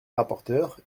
rapporteure